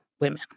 women